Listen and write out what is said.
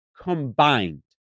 combined